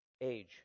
Age